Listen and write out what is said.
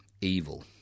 evil